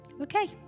Okay